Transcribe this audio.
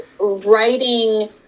writing